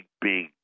big